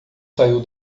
saiu